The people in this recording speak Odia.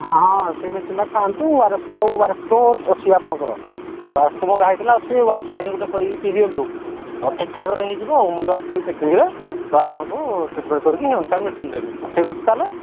ହଁ ସେଇ ମେଡ଼ିସିନ୍ଟା ଖାଆନ୍ତୁ ଓ ଆର ଏସ୍ ତୋ ଓ ଆର ଏସ୍ ତୋ ଅଛି ଆପଣଙ୍କର ଓ ଆର ଏସ୍ ତ ମଗାହେଇ ଥିଲା ଅଛି ଓ ଆର ଏସ୍ ପାଣି ଗୋଟେ କରିକି ପିଇ ଦିଅନ୍ତୁ ତ ଠିକ୍ ଠାକ୍ କର ହେଇଯିବ ଆଉ ମୁଁ ଯେଉଁ ଆସିବି ଚେକିଂରେ ତ ଆପଣଙ୍କୁ ଟ୍ରିଟମେଣ୍ଟ କରିକି ସେ ଅନୁସାରେ ମେଡ଼ିସିନ୍ ଦେବି ଠିକ୍ ଅଛି ତା'ହେଲେ